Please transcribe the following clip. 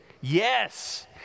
Yes